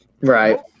Right